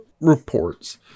reports